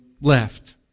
left